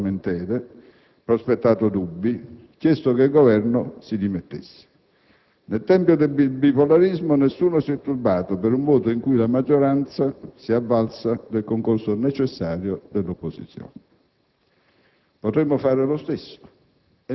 ha protestato, ha alzato lamentele, ha prospettato dubbi o ha chiesto che il Governo si dimettesse. Nel tempio del bipolarismo nessuno si è turbato per un voto in cui la maggioranza si è avvalsa del concorso necessario dell'opposizione.